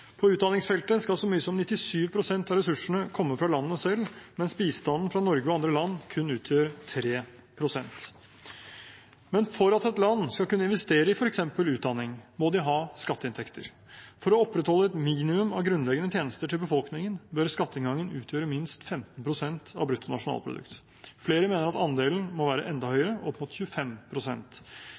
På utdanningsfeltet skal så mye som 97 pst. av ressursene komme fra landene selv, mens bistanden fra Norge og andre land kun utgjør 3 pst. Men for at et land skal kunne investere i f.eks. utdanning, må det ha skatteinntekter. For å opprettholde et minimum av grunnleggende tjenester til befolkningen bør skatteinngangen utgjøre minst 15 pst. av brutto nasjonalprodukt. Flere mener at andelen må være enda høyere – opp mot